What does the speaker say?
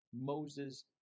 Moses